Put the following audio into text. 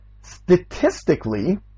statistically